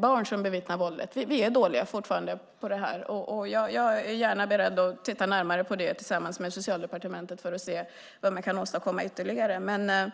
barn bevittnat våld. Vi är fortfarande dåliga på detta. Jag är beredd att titta närmare på det tillsammans med Socialdepartementet för att se vad vi kan åstadkomma ytterligare.